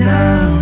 now